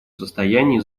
состоянии